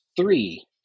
three